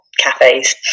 cafes